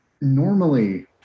normally